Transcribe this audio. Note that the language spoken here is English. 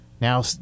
Now